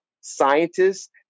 scientists